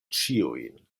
ĉiujn